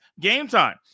GameTime